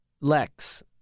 Lex